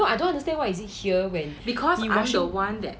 no I don't understand why is it here when you washin~